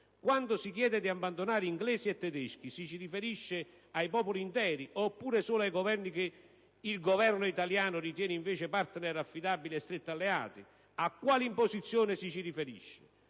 Quando si chiede di abbandonare inglesi e tedeschi ci si riferisce ai popoli interi oppure ai soli Governi che il Governo italiano ritiene invece *partner* affidabili e stretti alleati? A quali posizioni ci si riferisce?